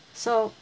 so